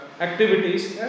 activities